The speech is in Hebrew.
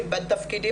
מה שרציתי לומר,